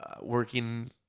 working